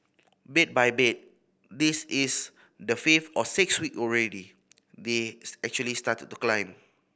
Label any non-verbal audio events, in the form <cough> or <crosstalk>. bit by bit this is the fifth or sixth week already they <unintelligible> actually started to climb